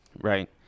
Right